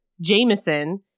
jameson